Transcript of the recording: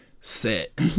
set